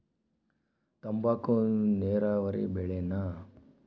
ತಂಬಾಕು ನೇರಾವರಿ ಬೆಳೆನಾ?